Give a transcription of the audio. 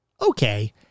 okay